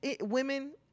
women